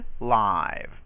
live